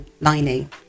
lining